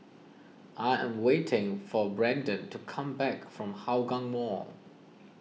I am waiting for Brendan to come back from Hougang Mall